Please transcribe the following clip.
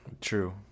True